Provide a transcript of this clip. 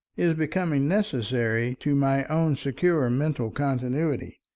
is becoming necessary to my own secure mental continuity.